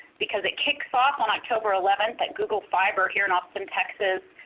because it kicks off on october eleventh at google fiber here in austin, texas.